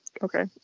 Okay